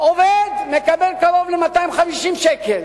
עובד, מקבל קרוב ל-250 שקלים,